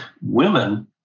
women